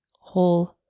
whole